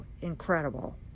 incredible